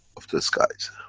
of the skies.